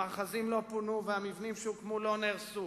המאחזים לא פונו והמבנים שהוקמו לא נהרסו.